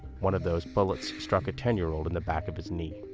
one of those bullets struck a ten-year-old in the back of his knee.